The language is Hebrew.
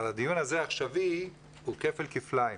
הדיון הזה העכשווי הוא כפל-כפליים.